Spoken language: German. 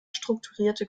strukturierte